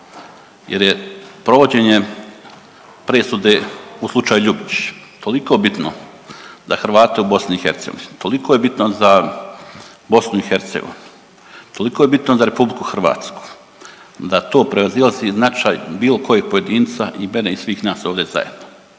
jer je provođenje presude u slučaju Ljubičić toliko bitno za Hrvate u BiH, toliko je bitan za BiH, toliko je bitno za RH da to prevazilazi značaj bilo kojeg pojedinca i mene i svih nas ovde zajedno.